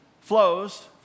flows